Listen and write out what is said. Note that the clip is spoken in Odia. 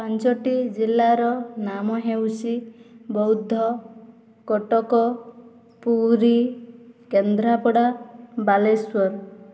ପାଞ୍ଚୋଟି ଜିଲ୍ଲାର ନାମ ହେଉଚି ବୌଦ କଟକ ପୁରୀ କେନ୍ଦ୍ରାପଡ଼ା ବାଲେଶ୍ଵର